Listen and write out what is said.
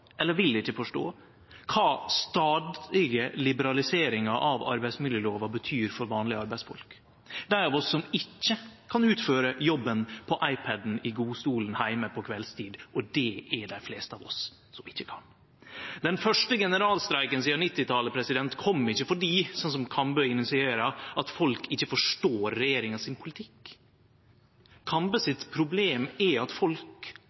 eller vil ikkje forstå kva stadige liberaliseringar av arbeidsmiljølova betyr for vanlege arbeidsfolk, dei av oss som ikkje kan utføre jobben på iPad-en i godstolen heime på kveldstid – og det gjeld dei fleste av oss. Den første generalstreiken sidan 1990-talet kom ikkje fordi folk ikkje forstår regjeringas politikk, som Kambe insinuerer. Kambe sitt problem er at arbeidsfolk forstår konsekvensane av regjeringas politikk,